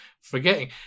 forgetting